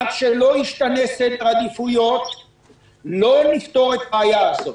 עד שלא ישתנה סדר העדיפויות לא נפתור את הבעיה הזאת.